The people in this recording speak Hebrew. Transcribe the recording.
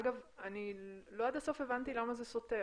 אגב, אני לא עד הסוף הבנתי למה זה סותר.